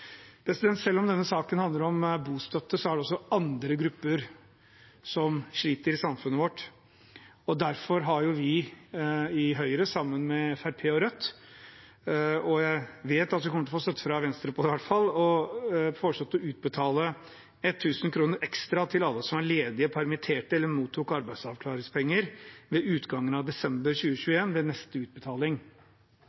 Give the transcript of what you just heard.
Selv om denne saken handler om bostøtte, er det også andre grupper som sliter i samfunnet vårt. Derfor har vi i Høyre, sammen med Fremskrittspartiet og Rødt – jeg vet at vi kommer til å få støtte fra Venstre i hvert fall – foreslått å utbetale 1 000 kr ekstra til alle som er ledige, permitterte eller mottok arbeidsavklaringspenger ved utgangen av desember